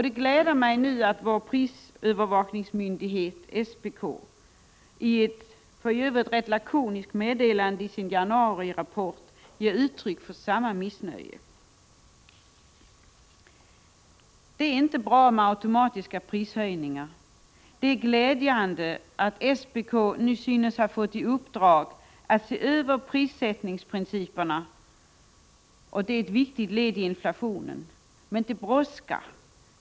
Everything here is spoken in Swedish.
Det gläder mig att vår prisövervakningsmyndighet, SPK, i ett för övrigt rätt lakoniskt meddelande i sin januarirapport ger uttryck för samma missnöje. Det är inte bra med automatiska prishöjningar, och det är glädjande att SPK nu synes ha fått i uppdrag att se över prissättningsprinciperna. Det är ett viktigt led i kampen mot inflationen, men det brådskar.